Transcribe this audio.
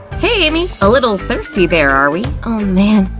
hey amy! a little thirsty there, are we? oh man,